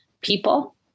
people